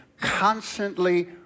constantly